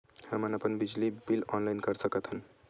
हमन अपन बिजली बिल ऑनलाइन कर सकत हन?